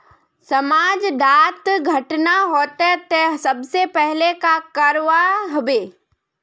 समाज डात घटना होते ते सबसे पहले का करवा होबे?